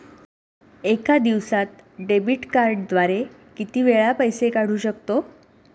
एका दिवसांत डेबिट कार्डद्वारे किती वेळा पैसे काढू शकतो?